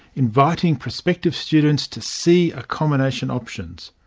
inviting prospective students to see accommodation options.